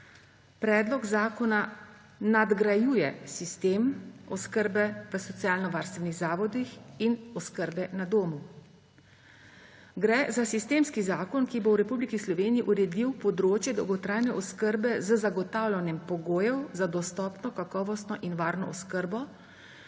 Predlog zakona nadgrajuje sistem oskrbe v socialnovarstvenih zavodih in oskrbe na domu. Gre za sistemski zakon, ki bo v Republiki Sloveniji uredil področje dolgotrajne oskrbe z zagotavljanjem pogojev za dostopno, kakovostno in varno oskrbo,